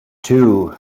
two